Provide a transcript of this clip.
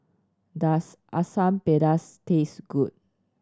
does Asam Pedas taste good